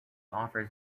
offers